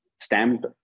stamped